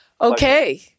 Okay